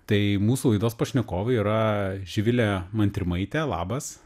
tai mūsų laidos pašnekovai yra živilė montrimaitė labas